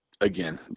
again